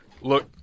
Look